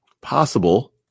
possible